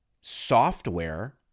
software